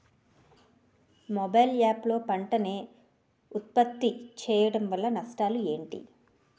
Mobile app లో పంట నే ఉప్పత్తి చేయడం వల్ల నష్టాలు ఏంటి?